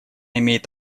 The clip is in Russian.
имеет